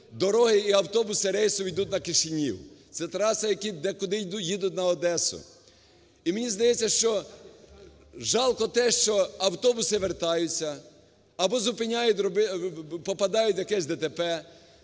дороги і автобуси рейсові ідуть на Кишинів, це траса, яка.. де-куди їдуть на Одесу. І мені здається, що жалко те, що автобуси вертаються або зупиняють, попадають в якесь ДТП,